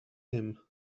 him